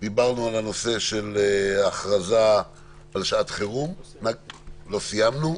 דיברנו על הנושא של הכרזה על שעת חירום אך לא סיימנו.